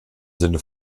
sinne